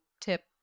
tip